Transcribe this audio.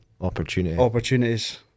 opportunities